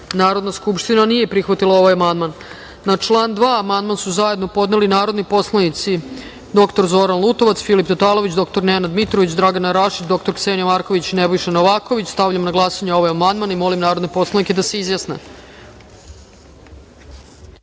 Narodna skupština nije prihvatila ovaj amandman. Na član 2. amandman su zajedno podneli narodni poslanici dr Zoran Lutovac, Filip Tatalović, dr Nenad Mitrović, Dragana Rašić, dr Ksenija Marković i Nebojša Novaković. Stavljam na glasanje ovaj amandman. Molim narodne poslanike da se